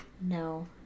No